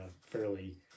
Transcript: fairly